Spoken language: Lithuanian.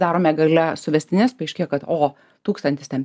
darome gale suvestines paaiškėja kad o tūkstantis ten